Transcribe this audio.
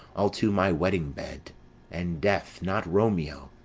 i'll to my wedding bed and death, not romeo,